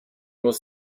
muss